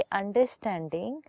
understanding